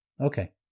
Okay